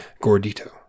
Gordito